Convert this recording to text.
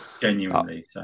genuinely